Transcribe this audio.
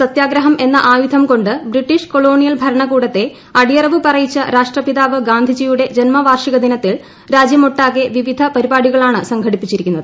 സത്യഗ്രഹം എന്ന ആയുധം കൊണ്ട് ബ്രിട്ടീഷ് കൊളോണിയൽ ഭരണകൂടത്തെ അടിയറവ് പറയിച്ച രാഷ്ട്ര പിതാവ് ഗാന്ധിജിയുടെ ജന്മവാർഷിക ദിനത്തിൽ രാജ്യമൊട്ടാകെ വിവിധ പരിപാടികളാണ് സംഘടിപ്പിച്ചിരിക്കുന്നത്